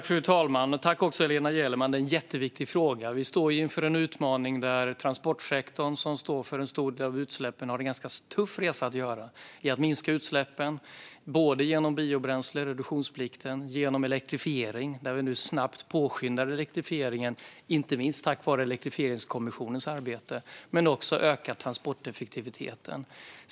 Fru talman! Jag tackar Helena Gellerman för en jätteviktig fråga. Vi står inför en utmaning där transportsektorn, som står för en stor del av utsläppen, har en ganska tuff resa att göra med att minska utsläppen, både genom biobränsle - reduktionsplikten - och genom elektrifiering. Vi påskyndar nu snabbt elektrifieringen, inte minst tack vare Elektrifieringskommissionens arbete. Det handlar också om att öka transporteffektiviteten.